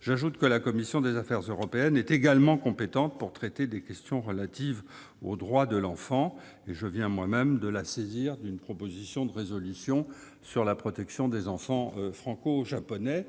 J'ajoute que la commission des affaires européennes est également compétente pour traiter des questions relatives aux droits de l'enfant. Je viens moi-même de la saisir d'une proposition de résolution européenne sur la protection des enfants franco-japonais,